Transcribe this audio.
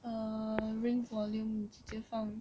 err ring volume 直接放